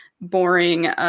boring